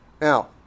Now